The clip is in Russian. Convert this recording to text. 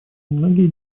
многие